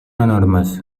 enormes